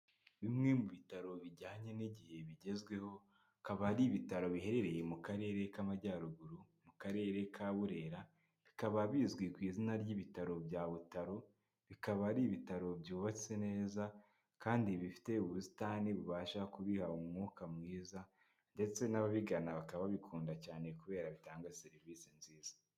Bimwe mu bitaro bijyanye n'igihe bigezweho, bikaba ari ibitaro biherereye mu karere k'amajyaruguru, mu karere ka Burera, bikaba bizwi ku izina ry'ibitaro bya Butaro, bikaba ari ibitaro byubatse neza, kandi bifite ubusitani bubasha kubiha umwuka mwiza, ndetse n'ababigana bakaba babikunda cyane kubera bitanga serivisi nziza.